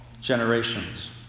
generations